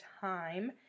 time